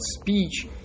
speech